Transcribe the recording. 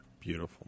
Beautiful